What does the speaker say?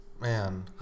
Man